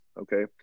okay